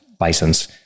license